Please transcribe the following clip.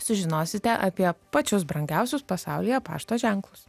sužinosite apie pačius brangiausius pasaulyje pašto ženklus